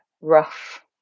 rough